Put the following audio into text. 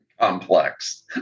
Complex